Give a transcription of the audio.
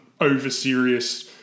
over-serious